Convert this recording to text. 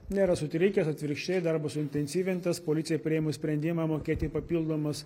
nėra sutrikęs atvirkščiai darbas suintensyvintas policijai priėmus sprendimą mokėti papildomas